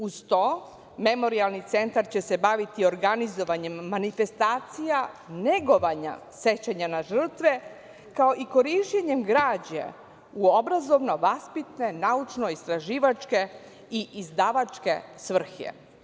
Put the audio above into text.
Uz to, memorijalni centar će se baviti organizovanjem manifestacija negovanja sećanja na žrtve, kao i korišćenjem građe u obrazovno-vaspitne, naučno-istraživačke i izdavačke svrhe.